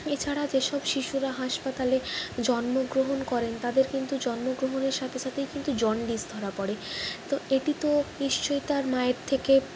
এছাড়া যেসব শিশুরা হাসপাতালে জন্মগ্রহণ করেন তাদের কিন্তু জন্মগ্রহণের সাথে সাথেই কিন্তু জন্ডিস ধরা পড়ে তো এটি তো নিশ্চয়ই তার মায়ের থেকে